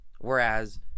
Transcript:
whereas